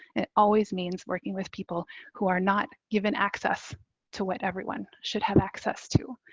it always means working with people who are not given access to what everyone should have access to.